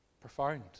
Profound